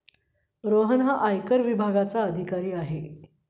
रोहन हा आयकर विभागाचा अधिकारी आहे